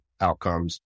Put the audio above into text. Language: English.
outcomes